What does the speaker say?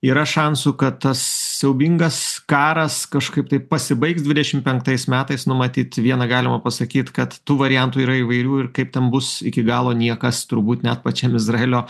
yra šansų kad tas siaubingas karas kažkaip tai pasibaigs dvidešim penktais metais nu matyt viena galima pasakyt kad tų variantų yra įvairių ir kaip ten bus iki galo niekas turbūt net pačiam izraelio